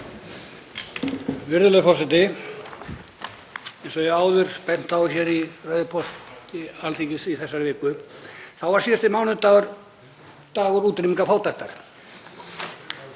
Virðulegur forseti. Eins og ég hef áður bent á hér í ræðupúlti Alþingis í þessari viku var síðasti mánudagur dagur útrýmingar fátæktar